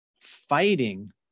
fighting